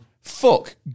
fuck